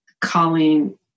Colleen